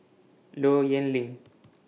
Low Yen Ling